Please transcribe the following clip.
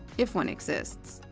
if one exists,